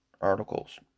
articles